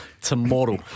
Tomorrow